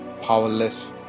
powerless